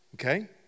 okay